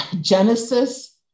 Genesis